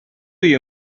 you